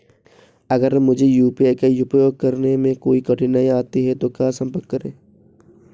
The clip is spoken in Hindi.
अगर मुझे यू.पी.आई का उपयोग करने में कोई कठिनाई आती है तो कहां संपर्क करें?